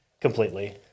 Completely